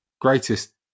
greatest